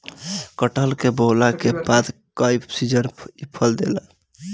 कटहल के बोअला के बाद कई सीजन इ फल देला